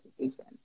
education